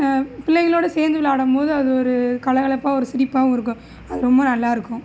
பிள்ளைகளோடு சேர்ந்து விளாடும் போது அது ஒரு கலகலப்பாக ஒரு சிரிப்பாவுமிருக்கும் அது ரொம்ப நல்லாயிருக்கும்